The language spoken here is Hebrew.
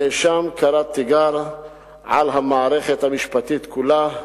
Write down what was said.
הנאשם קרא תיגר על המערכת המשפטית כולה.